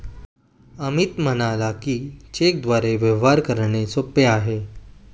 अमित म्हणाला की, चेकद्वारे व्यवहार करणे सोपे आहे